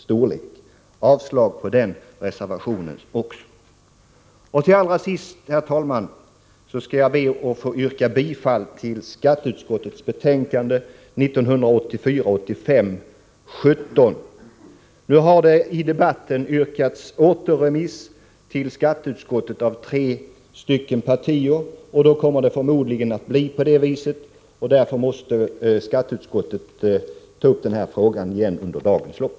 Jag yrkar avslag på reservation 3. Till allra sist vill jag yrka bifall till skatteutskottets hemställan i betänkande 1984/85:17. Nu har företrädare för tre partier yrkat återremiss av ärendet till skatteutskottet. Därför kommer förmodligen kammarens beslut att bli sådant. Skatteutskottet måste då ta upp denna fråga igen under dagens lopp.